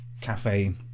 cafe